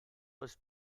was